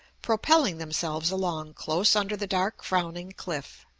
propelling themselves along close under the dark frowning cliff.